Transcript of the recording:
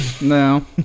No